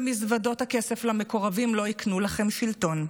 ומזוודות הכסף למקורבים לא יקנו לכם שלטון.